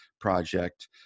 project